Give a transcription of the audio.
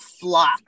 flock